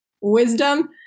wisdom